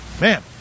man